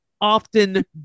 often